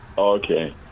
Okay